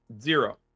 Zero